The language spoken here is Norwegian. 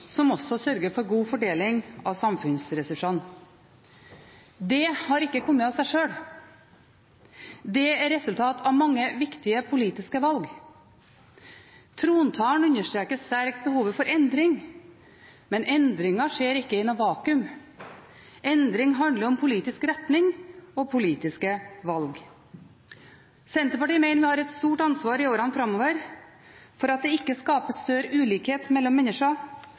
som også sørger for god fordeling av samfunnsressursene. Det har ikke kommet av seg sjøl. Det er et resultat av mange viktige politiske valg. Trontalen understreker sterkt behovet for endring, men endringen skjer ikke i noe vakuum. Endring handler om politisk retning og politiske valg. Senterpartiet mener vi har et stort ansvar i årene framover for at det ikke skapes større ulikhet mellom mennesker,